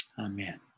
Amen